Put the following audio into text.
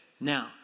now